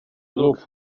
look